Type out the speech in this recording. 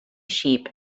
sheep